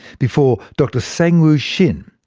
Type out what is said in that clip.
before dr sangwoo shin,